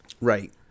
Right